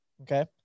okay